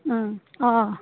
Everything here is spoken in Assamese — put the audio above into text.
অঁ